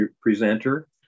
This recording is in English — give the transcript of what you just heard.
presenter